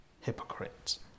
hypocrite